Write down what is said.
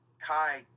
Kai